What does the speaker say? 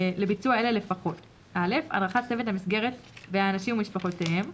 לביצוע אלה לפחות: (א) הדרכת צוות המסגרת והאנשים ומשפחותיהם,